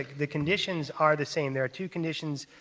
like the conditions are the same. there are two conditions,